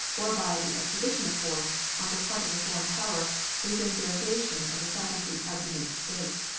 or by the exhibition of force, on the part of a foreign power is in derogation of the sovereignty of the united states.